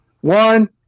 One